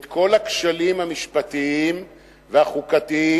את כל הכשלים המשפטיים והחוקתיים